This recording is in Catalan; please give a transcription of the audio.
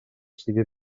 sigui